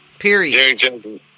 Period